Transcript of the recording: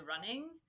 running